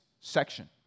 section